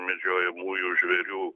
medžiojamųjų žvėrių